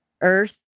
Earth